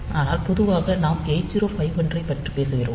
ஆனால் பொதுவாக நாம் 8051 ஐப் பற்றி பேசுவோம்